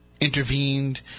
intervened